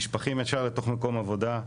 נשפכים ישר לתוך מקום עבודה,